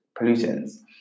pollutants